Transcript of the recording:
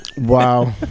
Wow